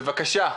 בבקשה.